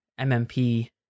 MMP